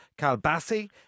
Kalbasi